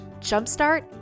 jumpstart